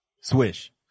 Swish